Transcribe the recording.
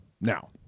Now